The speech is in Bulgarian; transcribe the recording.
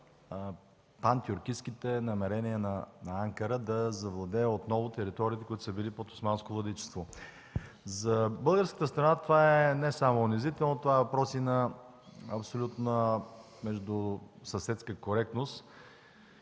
пантюркистките намерения на Анкара да завладее отново териториите, които са били под османско владичество. За българската страна това е не само унизително, а това е въпрос и на абсолютна междусъседска коректност.